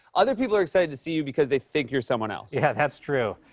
other people are excited to see you because they think you're someone else. yeah, that's true.